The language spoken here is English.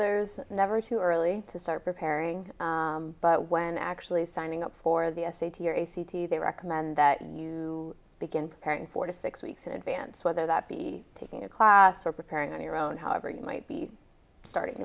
there's never too early to start preparing but when actually signing up for the essay to your a c t they recommend that you begin preparing for to six weeks in advance whether that be taking a class or preparing on your own however you might be starting